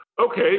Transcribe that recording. Okay